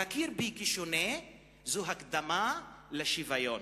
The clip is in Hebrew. להכיר בי כשונה זה הקדמה לשוויון.